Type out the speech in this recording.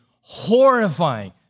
horrifying